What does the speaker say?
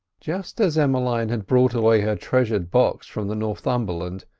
just as emmeline had brought away her treasured box from the northumberland,